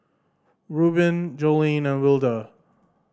Rubin Joleen and Wilda